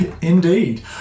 Indeed